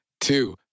two